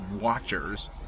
watchers